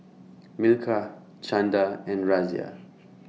Milkha Chanda and Razia